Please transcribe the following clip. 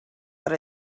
per